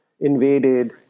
invaded